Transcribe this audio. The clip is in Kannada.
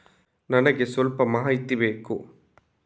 ನನಿಗೆ ಸ್ವಲ್ಪ ಮಾಹಿತಿ ಬೇಕು